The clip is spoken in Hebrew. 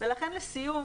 ולכן לסיום,